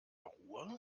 ruhr